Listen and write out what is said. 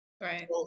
Right